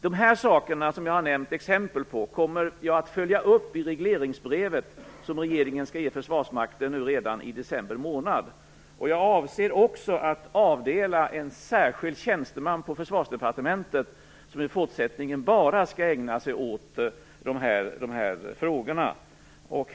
Det som jag här har nämnt exempel på kommer jag att följa upp i det regleringbrev som regeringen skall ge Försvarsmakten redan i december månad. Jag avser också att avdela en särskild tjänsteman på Försvarsdepartementet för att i fortsättningen uteslutande ägna sig åt dessa frågor.